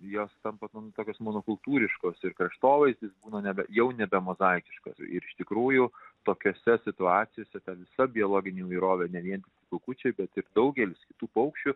jos tampa tokios monokultūriškos ir kraštovaizdis būna nebe jau nebemozaikiškas ir iš tikrųjų tokiose situacijose visa biologinė įvairovė ne vien kukučiai bet ir daugelis kitų paukščių